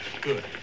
Good